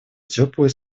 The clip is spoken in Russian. теплые